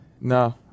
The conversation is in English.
No